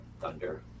Thunder